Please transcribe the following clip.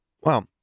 Well